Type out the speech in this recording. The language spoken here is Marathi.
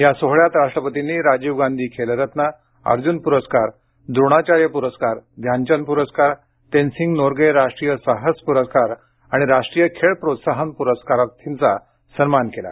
या सोहळ्यात राष्ट्रपतींनी राजीव गांधी खेलरत्न अर्जुन पुरस्कार द्रोणाचार्य पुरस्कार ध्यानचंद पुरस्कार तेनसिंग नोर्गे राष्ट्रीय साहस पुरस्कार आणि राष्ट्रीय खेळ प्रोत्साहन पुरस्कारार्थींचा सन्मान केला